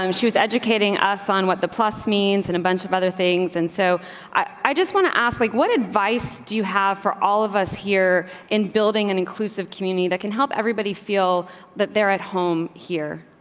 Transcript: um she was educating us on what the plus means and a bunch of other things and so i just want to ask, like, what advice do you have for all of us here in building an inclusive community that can help everybody feel that they're at home here?